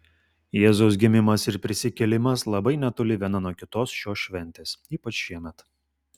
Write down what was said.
jėzaus gimimas ir prisikėlimas labai netoli viena nuo kitos šios šventės ypač šiemet